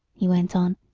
he went on,